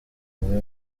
amwe